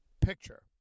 picture